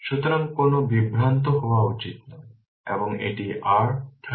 সুতরাং কোন বিভ্রান্তি হওয়া উচিত নয় এবং এটি r 13